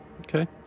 Okay